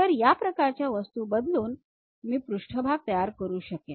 तर या प्रकारच्या वस्तू बदलून मी पृष्ठभाग तयार करू शकेन